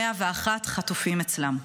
101 חטופים אצלם".